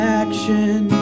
action